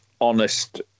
honest